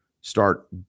start